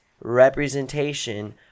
representation